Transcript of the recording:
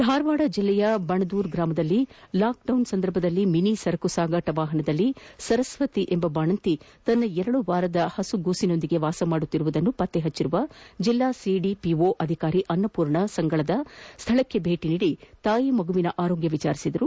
ಧಾರವಾಡ ಜಿಲ್ಲೆಯ ಬಣದೂರ ಗ್ರಾಮದಲ್ಲಿ ಲಾಕೆಡೌನ್ ಸಂದರ್ಭದಲ್ಲಿ ಮಿನಿ ಸರಕು ಸಾಗಾಣೆ ವಾಹನದಲ್ಲಿ ಸರಸ್ವತಿ ಎಂಬ ಬಾಣಂತಿ ತನ್ನ ಎರಡು ವಾರದ ಹಸುಗೂಸಿನೊಂದಿಗೆ ವಾಸಿಸುತ್ತಿರುವುದನ್ನು ಪತ್ತೆ ಹಚ್ಚಿರುವ ಜಿಲ್ಲಾ ಸಿಡಿಪಿಒ ಅಧಿಕಾರಿ ಅನ್ನಪೂರ್ಣ ಸಂಗಳದ ಸ್ವಳಕ್ಕೆ ಭೇಟಿ ನೀಡಿ ತಾಯಿ ಮಗುವಿನ ಆರೋಗ್ಯ ವಿಚಾರಿಸಿದರು